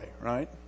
right